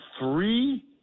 three